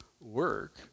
work